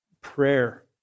prayer